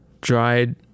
dried